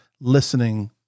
listening